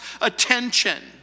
attention